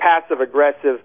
passive-aggressive